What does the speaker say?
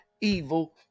evil